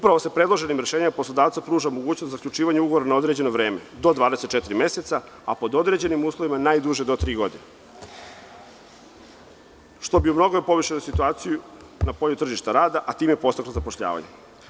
Predloženim rešenjem poslodavcu se pruža mogućnost zaključivanja ugovora na određeno vreme do 24 meseca, a pod određenim uslovima najduže do tri godine, što bi mnogo poboljšalo situaciju na tržištu rada, a time bi se i podstaklo zapošljavanje.